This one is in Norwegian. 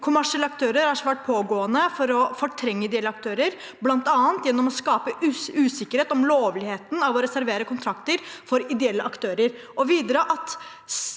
«Kommersielle aktører er svært pågående for å fortrenge ideelle aktører, blant annet gjennom å skape usikkerhet om lovligheten av å reservere kontrakter for ideelle aktører.»